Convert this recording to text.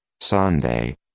Sunday